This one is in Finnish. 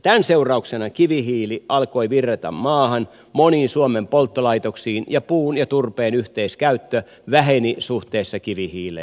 tämän seurauksena kivihiili alkoi virrata maahan moniin suomen polttolaitoksiin ja puun ja turpeen yhteiskäyttö väheni suhteessa kivihiileen